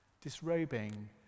Disrobing